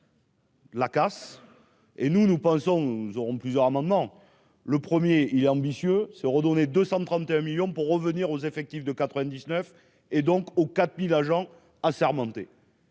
La casse et nous, nous pensons, nous aurons plusieurs amendements le premier il est ambitieux se redonner 231 millions pour revenir aux effectifs de 99 et donc aux 4000 agents assermentés.